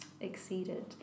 exceeded